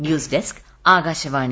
news desk Akashvani